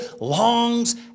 longs